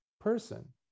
person